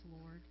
Lord